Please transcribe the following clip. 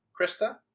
Krista